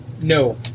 No